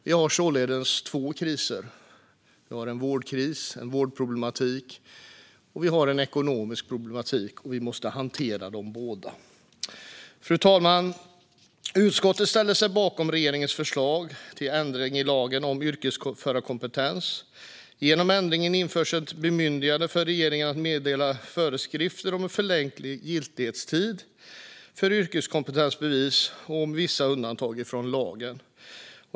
Vi har således två kriser. Vi har en vårdkris - eller en vårdproblematik - och en ekonomisk problematik, och vi måste hantera dem båda. Fru talman! Utskottet ställer sig bakom regeringens förslag till ändring i lagen om yrkesförarkompetens. Genom ändringen införs ett bemyndigande för regeringen att meddela föreskrifter om en förlängd giltighetstid för yrkeskompetensbevis och om vissa undantag från lagen.